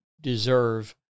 deserve